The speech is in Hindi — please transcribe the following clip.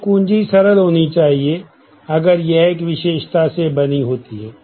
एक कुंजी सरल होनी चाहिए अगर यह एक विशेषता से बनी होती है